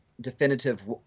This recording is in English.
definitive